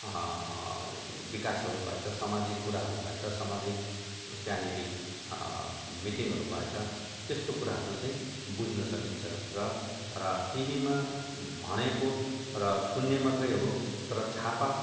विकासहरू भएछ सामाजिक कुराहरू भएछ सामाजिक त्यहाँनेरि मिटिङहरू भएछ त्यस्तो कुराहरू चाहिँ बुझ्न सकिन्छ र र टिभीमा भनेको र सुन्ने मात्र हो तर छापा